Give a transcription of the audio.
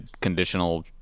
conditional